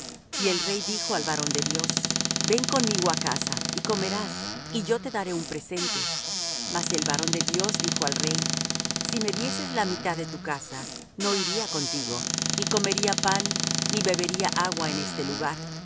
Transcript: y el rey dijo al varón de dios ven conmigo á casa y comerás y yo te daré un presente mas el varón de dios dijo al rey si me dieses la mitad de tu casa no iría contigo ni comería pan ni bebería agua en este lugar